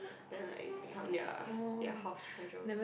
then like become their their house treasure